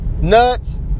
nuts